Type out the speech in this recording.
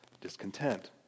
discontent